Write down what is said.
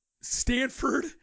Stanford